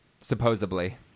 Supposedly